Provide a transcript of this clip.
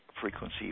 frequency